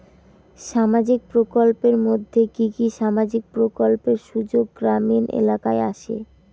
সামাজিক প্রকল্পের মধ্যে কি কি সামাজিক প্রকল্পের সুযোগ গ্রামীণ এলাকায় আসে?